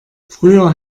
früher